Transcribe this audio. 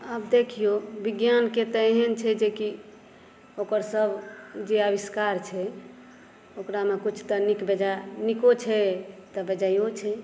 आब देखियौ विज्ञानके तऽ एहन छै कि ओकर सब जे आविष्कार छै ओकरामे किछु तऽ नीक बेजाय नीको छै तऽ बेजाइयो छै